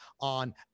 on